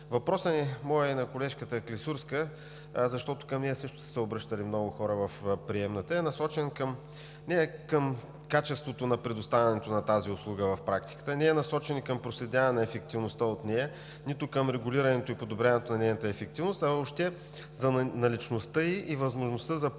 Въпросът ни с колежката Клисурска – защото към нея също са се обръщали много хора в приемната, е насочен не към качеството на предоставянето на тази услуга в практиката, не е насочен и към проследяване на ефективността от нея, нито към регулирането и подобряването на нейната ефективност, а въобще за наличността и възможността за ползването